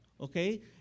okay